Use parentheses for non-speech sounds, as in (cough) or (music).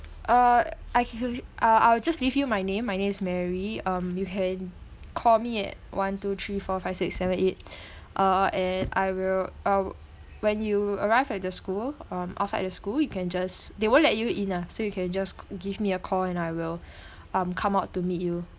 uh I can uh I will just leave you my name my name is mary um you can call me at one two three four five six seven eight (breath) uh and I will uh when you arrived at the school mm outside the school you can just they won't let you in ah so you can just give me a call and I will (breath) mm come out to meet you